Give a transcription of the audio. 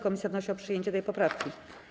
Komisja wnosi o przyjęcie tej poprawki.